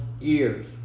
years